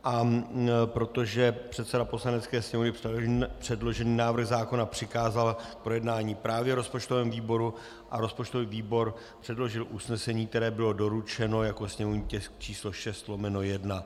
A protože předseda Poslanecké sněmovny předložený návrh zákona přikázal k projednání právě rozpočtovému výboru, rozpočtový výbor předložil usnesení, které bylo doručeno jako sněmovní tisk číslo 6/1.